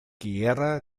gera